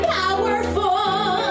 powerful